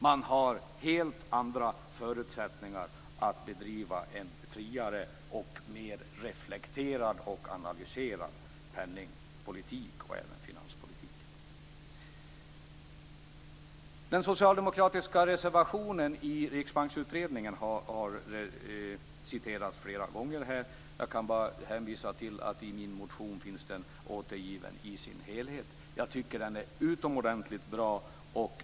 Man har helt andra förutsättningar för att bedriva en friare och mer reflekterande och analyserande penningpolitik och finanspolitik. Den socialdemokratiska reservationen i Riksbanksutredningen har citerats flera gånger här. Jag kan bara hänvisa till min motion, där den finns återgiven i sin helhet. Jag tycker att den är utomordentligt bra.